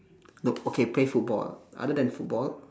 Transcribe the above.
no okay play football ah other than football